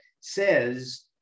says